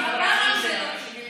הפעם זה לא טיבי.